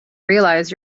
realize